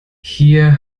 hier